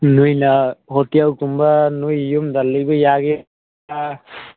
ꯅꯣꯏꯅ ꯍꯣꯇꯦꯜꯒꯨꯝꯕ ꯅꯣꯏ ꯌꯨꯝꯗ ꯂꯩꯕ ꯌꯥꯒꯗ꯭ꯔꯥ